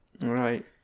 right